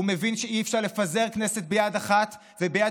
הוא מבין שאי-אפשר לפזר כנסת ביד אחת וביד